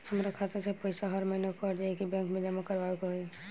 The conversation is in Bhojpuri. हमार खाता से पैसा हर महीना कट जायी की बैंक मे जमा करवाए के होई?